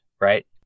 right